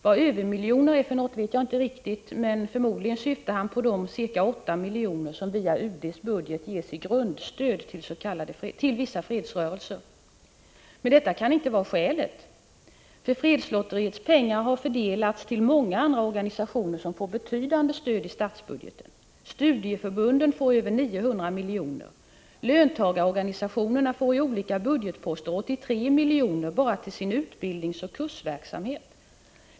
Vad ”övermiljoner” är för något vet jag inte riktigt, men förmodligen syftar han på de ca 8 miljoner som via UD:s budget ges i grundstöd till vissa fredsrörelser. Men detta kan inte vara skälet. Fredslotteriets pengar har nämligen fördelats till många andra organisationer som får betydande stöd i statsbudgeten. Studieförbunden får över 900 miljoner. Löntagarorganisationerna får i olika budgetposter 83 miljoner bara till sin utbildningsoch kursverksamhet.